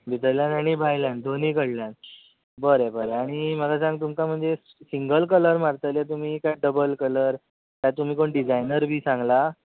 भितरल्यान आनी भायल्यान दोनी कडल्यान बरें बरें आनी म्हाका सांग तुमकां म्हणजे सिंगल कलर मारतले तुमी काय डबल कलर काय तुमी कोण डिजायनर बी सांगलां